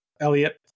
Elliot